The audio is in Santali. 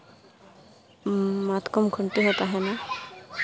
ᱢᱟᱛᱠᱚᱢ ᱠᱷᱩᱱᱴᱤ ᱦᱚᱸ ᱛᱟᱦᱮᱱᱟ